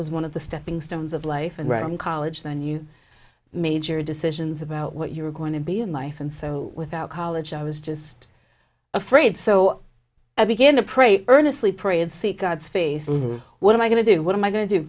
was one of the stepping stones of life and right on college then you major decisions about what you were going to be in life and so without college i was just afraid so i began to pray earnestly pray and seek god's face what am i going to do what am i going to do